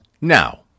now